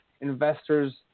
investors